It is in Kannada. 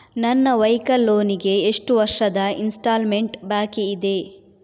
ನನ್ನ ವೈಕಲ್ ಲೋನ್ ಗೆ ಎಷ್ಟು ವರ್ಷದ ಇನ್ಸ್ಟಾಲ್ಮೆಂಟ್ ಬಾಕಿ ಇದೆ?